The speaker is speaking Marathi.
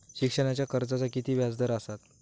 शिक्षणाच्या कर्जाचा किती व्याजदर असात?